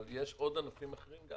אבל יש עוד ענפים אחרים גם